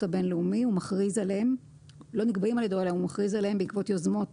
הבין-לאומי מכריז עליהם בעקבות יוזמות